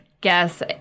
guess